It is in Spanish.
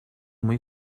muy